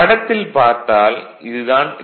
படத்தில் பார்த்தால் இது தான் டி